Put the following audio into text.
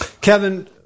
Kevin